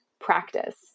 practice